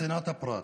מצנעת הפרט.